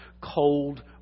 cold